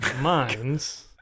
minds